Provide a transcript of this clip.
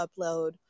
upload